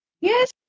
Yes